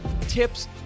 tips